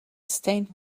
stained